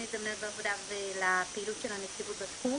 הזדמנויות בעבודה ולפעילות שלנו בתחום